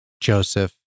Joseph